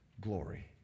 glory